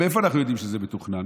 עכשיו, מאיפה אנחנו יודעים שזה מתוכנן?